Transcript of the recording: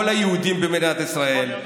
כל היהודים במדינת ישראל,